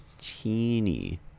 teeny